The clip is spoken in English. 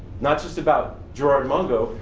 not just about gerard mungo,